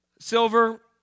silver